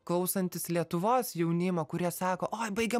klausantis lietuvos jaunimo kurie sako oi baigę